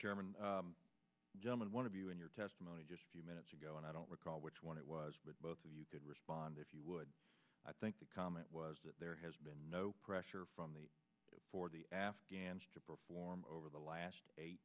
german gentleman one of you in your testimony just a few minutes ago and i don't recall which one it was but both of you did respond if you would i think the comment was that there has been no pressure from the afghans to perform over the last eight